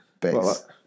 Base